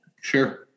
Sure